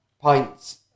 pints